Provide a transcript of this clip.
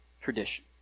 tradition